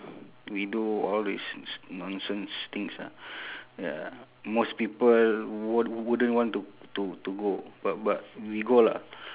we do all these these nonsense things ah ya most people won't wouldn't want to to to go but but we go lah